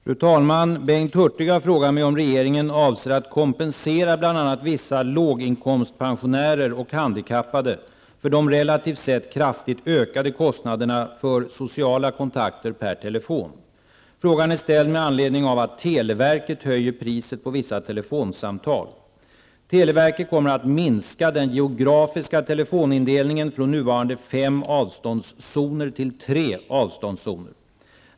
Fru talman! Bengt Hurtig har frågat mig om regeringen avser att kompensera bl.a. vissa låginkomstpensionärer och handikappade för de relativt sett kraftigt ökade kostnaderna för sociala kontakter per telefon. Frågan är ställd med anledning av att televerket höjer priset på vissa telefonsamtal. Televerket kommer att minska den geografiska telefonindelningen från nuvarande fem avståndszoner till tre avståndszoner.